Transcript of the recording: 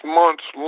months